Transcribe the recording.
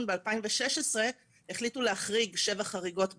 ב-2016 החליטו להחריג שבע חריגות בשנה.